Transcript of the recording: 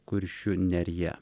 kuršių nerija